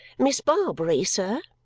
miss barbary, sir,